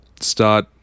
start